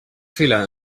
fila